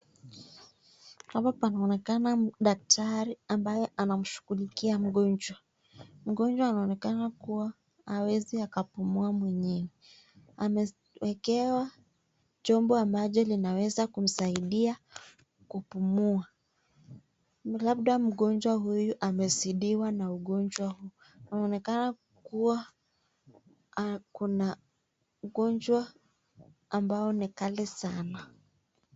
Hapa wanaonekana daktari ambaye anamshughulikia mgonjwa. Mgonjwa anaonekana kuwa hawezi akapumua mwenyewe. Amewekewa chombo maajabu linaweza kumsaidia kupumua. Labda mgonjwa huyu amezidiwa na ugonjwa huu. Inaonekana kuwa kuna ugonjwa ambao ni kali sana.